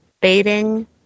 baiting